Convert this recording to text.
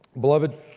Beloved